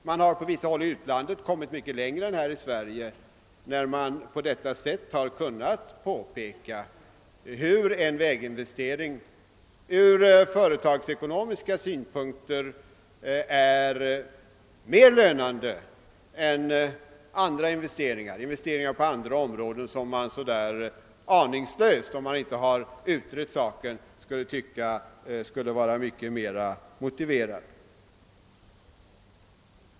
Man har på vissa håll i utlandet kommit mycket längre än vi gjort här i Sverige genom att man på detta sätt har kunnat påpeka hur en väginvestering från företagsekonomiska synpunkter är mer lönande än investeringar på andra områden, som man kanske aningslöst, om man inte har utrett saken, kunde tycka är mycket mer motiverade.